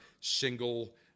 single